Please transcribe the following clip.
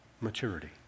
maturity